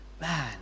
man